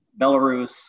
Belarus